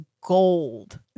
gold